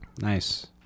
Nice